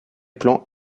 plan